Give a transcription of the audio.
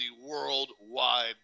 worldwide